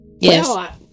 yes